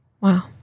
Wow